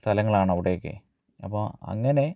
സ്ഥലങ്ങളാണ് അവിടെയൊക്കെ അപ്പോൾ അങ്ങനെ